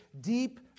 deep